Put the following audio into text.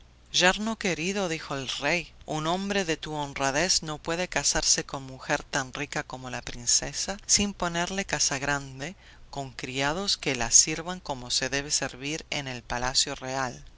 flor yerno querido dijo el rey un hombre de tu honradez no puede casarse con mujer tan rica como la princesa sin ponerle casa grande con criados que la sirvan como se debe servir en el palacio real